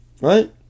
right